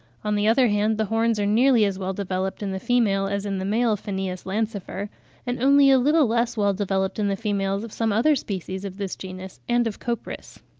on the other hand, the horns are nearly as well developed in the female as in the male phanaeus lancifer and only a little less well developed in the females of some other species of this genus and of copris.